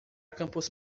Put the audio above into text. campus